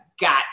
got